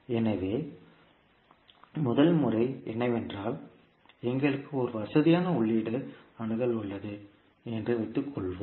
எனவே முதல் முறை என்னவென்றால் எங்களுக்கு ஒரு வசதியான உள்ளீட்டு அணுகல் உள்ளது என்று வைத்துக் கொள்வோம்